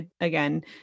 Again